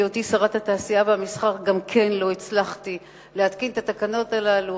בהיותי שרת התעשייה והמסחר גם כן לא הצלחתי להתקין את התקנות הללו,